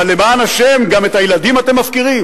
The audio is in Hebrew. אבל, למען השם, גם את הילדים אתם מפקירים?